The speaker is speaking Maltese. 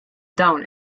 dawn